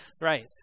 right